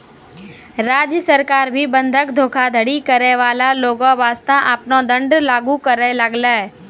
राज्य सरकार भी बंधक धोखाधड़ी करै बाला लोगो बासतें आपनो दंड लागू करै लागलै